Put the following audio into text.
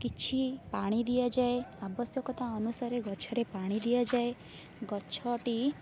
କିଛି ପାଣି ଦିଆଯାଏ ଆବଶ୍ୟକତା ଅନୁସାରରେ ଗଛରେ ପାଣି ଦିଆଯାଏ ଗଛଟି